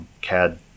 CAD